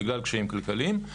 בגלל קשיים כלכליים.